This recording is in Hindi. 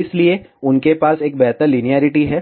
इसलिए उनके पास एक बेहतर लिनियेरिटी है